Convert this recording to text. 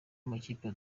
amakipe